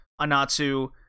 Anatsu